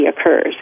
occurs